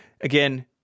Again